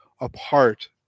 apart